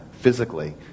physically